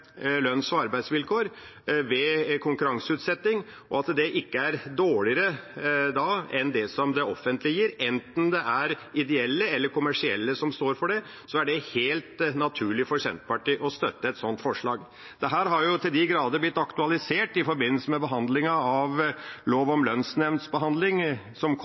lønns- og arbeidsvilkår ved konkurranseutsetting, at de ikke er dårligere enn dem som det offentlige gir. Enten det er ideelle eller kommersielle som står for det, er det helt naturlig for Senterpartiet å støtte et slikt forslag. Dette har til de grader blitt aktualisert i forbindelse med behandlingen av innstillingen om lov om lønnsnemndsbehandling, som kom